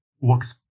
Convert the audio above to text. works